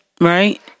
Right